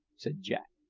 said jack,